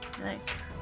Nice